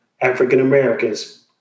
African-Americans